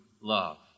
love